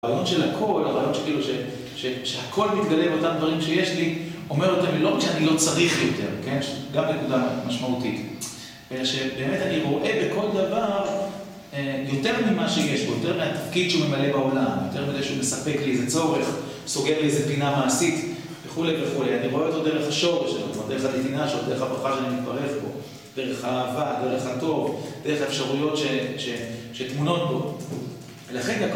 הרעיון של הכל, הרעיון שכאילו שהכל מתגלה באותם דברים שיש לי, אומר אותם לא רק שאני לא צריך יותר, כן? גם לנקודה משמעותית. שבאמת אני רואה בכל דבר יותר ממה שיש בו, יותר מהתפקיד שהוא ממלא בעולם, יותר ממה שהוא מספק לי איזה צורך, סוגר לי איזה פינה מעשית, וכו' וכו'. אני רואה אותו דרך השורש שלו, זאת אומרת, דרך הנתינה שלו, דרך הברכה שאני מתברך בו, דרך האהבה, דרך הטוב, דרך האפשרויות שטמונות בו.